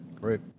Great